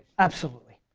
absolutely.